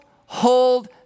hold